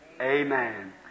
Amen